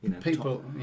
people